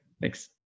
Thanks